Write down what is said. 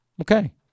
Okay